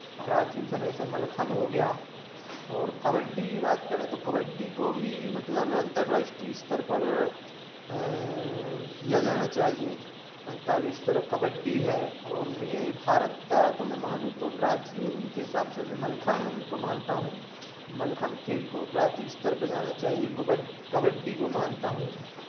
प्राचीन समय से मलखम्भ हो गया और कबड्डी की बात करें तो कबड्डी को भी मतलब अंतर्राष्ट्रीय स्तर पर किया जाना चाहिए अंतर्राष्ट्रीय स्तर कबड्डी है और ये भारत का तो मैं मानू तो प्राचीन के हिसाब से मैं मलखम्भ को मानता हूँ मलखम्भ खेल को प्रांतीय स्तर पे जाना चाहिए कबड्डी को मानता हूँ